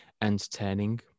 entertaining